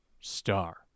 star